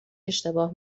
اشتباه